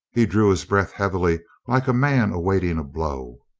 he drew his breath heavily like a man awaiting a blow.